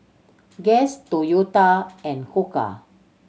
Guess Toyota and Koka